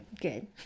good